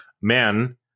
men